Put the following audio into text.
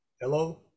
Hello